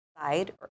side